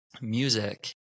music